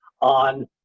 on